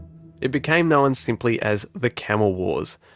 it became known simply as the camel wars,